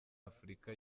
afurika